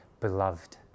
beloved